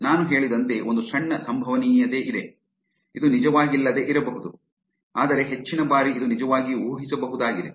ನಾನು ಹೇಳಿದಂತೆ ಒಂದು ಸಣ್ಣ ಸಂಭವನೀಯತೆಯಿದೆ ಇದು ನಿಜವಾಗಿಲ್ಲದೆ ಇರಬಹುದು ಆದರೆ ಹೆಚ್ಚಿನ ಬಾರಿ ಇದು ನಿಜವಾಗಿ ಊಹಿಸಬಹುದಾಗಿದೆ